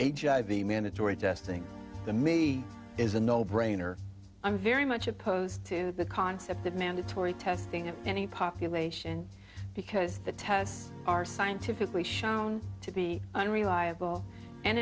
the mandatory testing the me is a no brainer i'm very much opposed to the concept of mandatory testing of any population because the tests are scientifically shown to be unreliable and